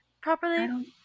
properly